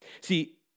See